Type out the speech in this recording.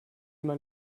man